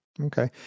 Okay